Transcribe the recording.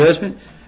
judgment